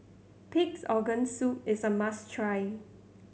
Pig's Organ Soup is a must try